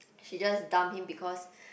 she just dump him because